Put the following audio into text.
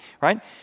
right